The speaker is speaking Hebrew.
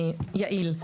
ויעיל.